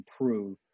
improve